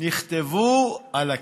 נכתבו על הקרח.